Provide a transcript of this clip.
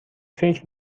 فکر